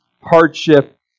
hardship